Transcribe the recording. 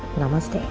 namaste.